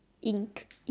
ink